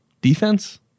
defense